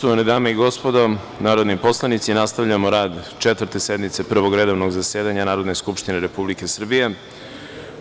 Poštovane dame i gospodo narodni poslanici, nastavljamo rad Četvrte sednice Prvog redovnog zasedanja Narodne skupštine Republike Srbije u 2018. godini.